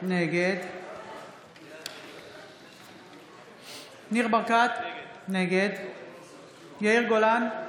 נגד ניר ברקת, נגד יאיר גולן,